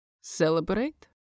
Celebrate